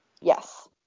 Yes